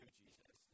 Jesus